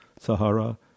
Sahara